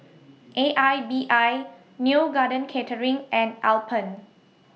A I B I Neo Garden Catering and Alpen